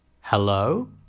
Hello